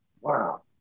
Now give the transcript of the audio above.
Wow